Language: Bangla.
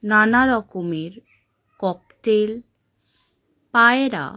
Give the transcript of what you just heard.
নানা রকমের ককটেল পায়রা